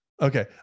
Okay